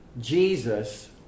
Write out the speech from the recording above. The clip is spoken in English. Jesus